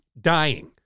dying